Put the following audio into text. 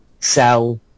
sell